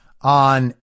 on